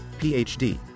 PhD